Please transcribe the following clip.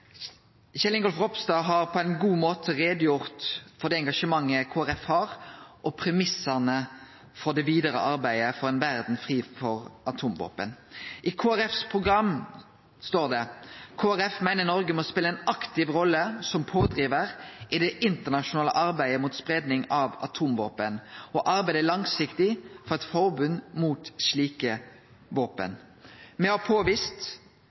Kjell Ingolf Ropstad har på ein god måte gjort greie for det engasjementet Kristeleg Folkeparti har, og for premissane for det vidare arbeidet for ei verd fri for atomvåpen. I Kristeleg Folkeparti sitt program står det: «KrF mener Norge må spille en aktiv rolle som pådriver i det internasjonale arbeidet mot spredning av atomvåpen og arbeide langsiktig for et forbud mot slike våpen.» Me har